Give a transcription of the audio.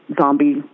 zombie